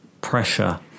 pressure